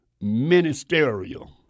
ministerial